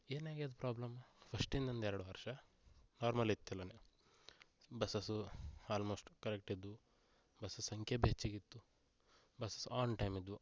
ಏನು ಆಗಿದ್ ಪ್ರಾಬ್ಲಮ್ ಫಸ್ಟಿಂದ ಒಂದು ಎರಡು ವರ್ಷ ನಾರ್ಮಲ್ ಇತ್ತು ಎಲ್ಲನ ಬಸ್ಸಸ್ಸು ಆಲ್ಮೋಸ್ಟ್ ಕರೆಕ್ಟ್ ಇದ್ವು ಬಸ್ಸಸ್ ಸಂಖ್ಯೆ ಬಿ ಹೆಚ್ಚಿಗೆ ಇತ್ತು ಬಸ್ಸಸ್ ಆನ್ ಟೈಮ್ ಇದ್ವು